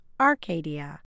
Arcadia